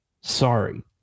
sorry